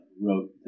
wrote